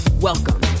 Welcome